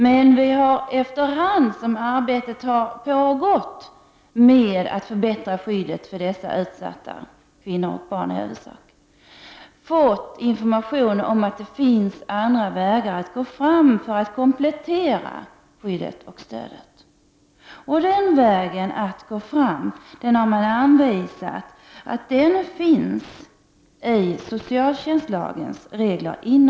Men efter hand som arbetet har pågått med att förbättra skyddet för dessa utsatta, i huvudsak kvinnor och barn, har vi fått information om att det finns andra vägar att gå fram på för att skyddet och stödet skall kunna kompletteras. Det har sagts att en väg är att tillämpa socialtjänstlagens regler.